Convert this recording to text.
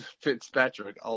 Fitzpatrick